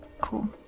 Cool